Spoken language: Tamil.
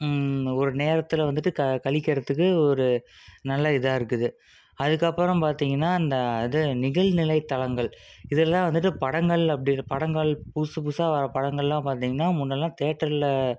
ஒரு நேரத்தில் வந்துட்டு கழிக்கிறதுக்கு ஒரு நல்ல இதாக இருக்குது அதுக்கப்புறம் பார்த்தீங்கன்னா இந்த இது நிகழ்நிலை தளங்கள் இதெல்லாம் வந்துட்டு படங்களில் அப்படி படங்கள் புதுசு புதுசாக வர படங்கள்லாம் பார்த்தீங்கன்னா முன்னேல்லாம் தேட்டரில்